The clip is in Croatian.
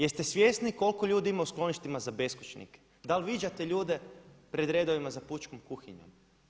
Jeste svjesni koliko ljudi ima u skloništima za beskućnike, dal' viđate ljude pred redovima za pučkom kuhinjom.